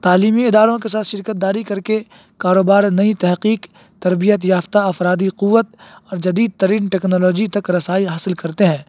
تعلیمی اداروں کے ساتھ شراکت داری کر کے کاروبار نئی تحقیق تربیت یافتہ افرادی قوت اور جدید ترین ٹیکنالوجی تک رسائی حاصل کرتے ہیں